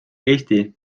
eesti